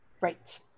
Right